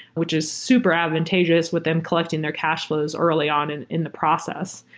which is super advantageous with them collecting their cash flows early on in in the process.